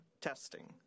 testing